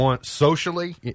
socially